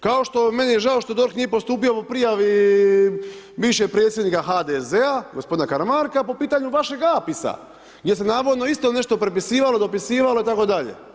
Kao što, meni je žao što DORH nije postupio po prijavi bivšeg predsjednika HDZ-a, g. Karamarka, po pitanju vašeg APIS-a gdje se navodno isto nešto prepisivalo, dopisivalo itd.